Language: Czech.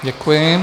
Děkuji.